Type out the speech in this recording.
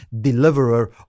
deliverer